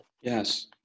yes